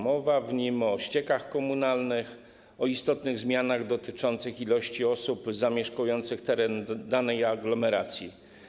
Mowa w nim o ściekach komunalnych, o istotnych zmianach dotyczących liczby osób zamieszkujących teren danej aglomeracji.